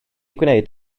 gwneud